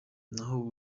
naho